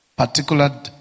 Particular